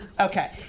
Okay